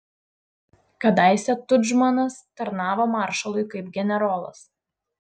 kadaise tudžmanas tarnavo maršalui kaip generolas